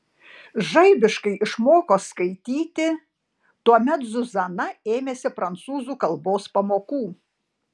žaibiškai išmoko skaityti tuomet zuzana ėmėsi prancūzų kalbos pamokų